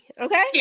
Okay